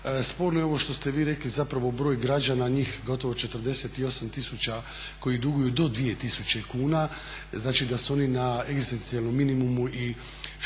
Sporno je ovo što ste vi rekli broj građana njih gotovo 48000 koji duguju do 2.000 kuna, znači da su oni na egzistencijalnom minimumu i šteta je